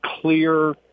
clear